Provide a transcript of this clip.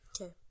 Okay